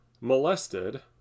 molested